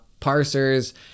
parsers